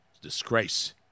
Disgrace